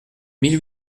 mille